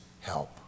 help